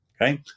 okay